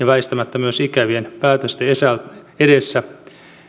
väistämättä myös ikävien päätösten edessä